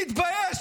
תתבייש.